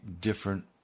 different